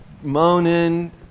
moaning